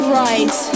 right